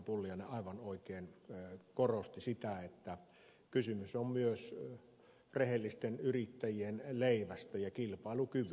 pulliainen aivan oikein korosti kysymys on myös rehellisten yrittäjien leivästä ja kilpailukyvystä